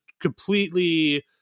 completely